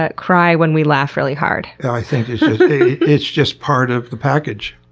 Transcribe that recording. ah cry when we laugh really hard? i think it's just part of the package.